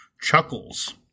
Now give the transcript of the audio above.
Chuckles